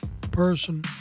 person